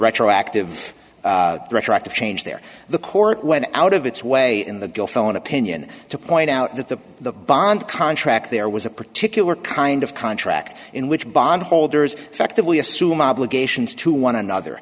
retroactive retroactive change there the court went out of its way in the gulf own opinion to point out that the the bond contract there was a particular kind of contract in which bond holders effectively assume obligations to one another